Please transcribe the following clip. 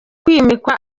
kwimikwa